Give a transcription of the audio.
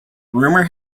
rumor